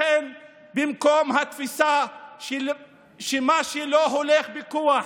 במקום התפיסה שמה שלא הולך בכוח,